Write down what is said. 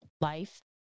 life